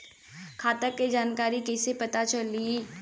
खाता के जानकारी कइसे पता चली?